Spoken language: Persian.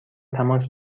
تماس